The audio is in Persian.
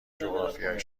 جغرافیای